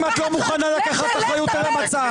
אם את לא מוכנה לקחת אחריות על המצב.